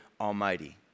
Almighty